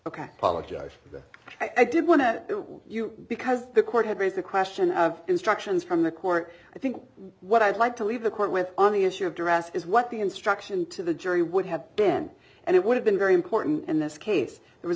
yes i did want to do with you because the court had raised the question of instructions from the court i think what i'd like to leave the court with on the issue of duress is what the instruction to the jury would have been and it would have been very important in this case